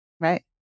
Right